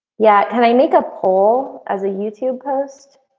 yeah, can i make a poll as a youtube post.